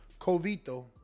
Covito